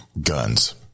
guns